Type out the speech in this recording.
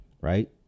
right